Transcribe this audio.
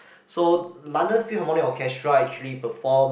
so London few harmonic orchestra actually perform